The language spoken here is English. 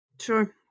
Sure